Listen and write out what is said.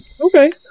Okay